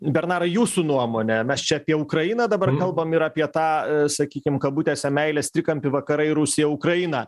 bernarai jūsų nuomone mes čia apie ukrainą dabar kalbam ir apie tą sakykim kabutėse meilės trikampį vakarai rusija ukraina